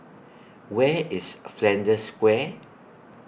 Where IS Flanders Square